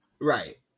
right